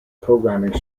programming